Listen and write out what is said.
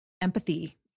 empathy